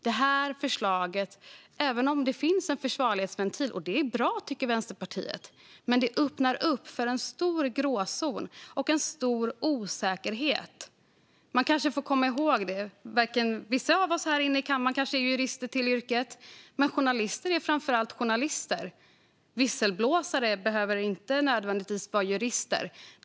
Det här förslaget - även om det finns en försvarlighetsventil, vilket Vänsterpartiet tycker är bra - öppnar upp för en stor gråzon och stor osäkerhet. Man kanske får komma ihåg att vissa av oss här i kammaren kan vara jurister till yrket men att journalister framför allt är journalister. Inte heller visselblåsare behöver nödvändigtvis vara jurister.